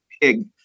pig